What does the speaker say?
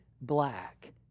black